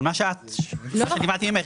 אבל מה שאת שקיבלתי ממך,